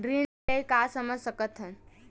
ऋण ले का समझ सकत हन?